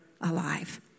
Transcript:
alive